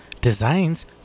Designs